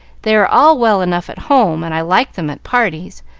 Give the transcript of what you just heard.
they are all well enough at home, and i like them at parties,